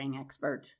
expert